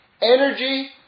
energy